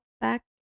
back